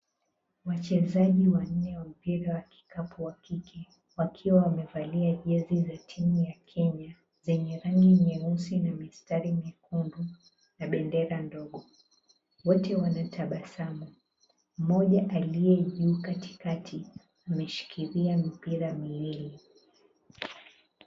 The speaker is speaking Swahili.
Wachezaji wanne wa mpira wa kikapu, wa kike, wakiwa wamevalia jezi za timu ya Kenya zenye rangi nyeusi na mistari mekundu na bendera ndogo, wote wanatabasamu, mmoja aliye juu katikati ameshikilia mipira miwili.